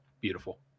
beautiful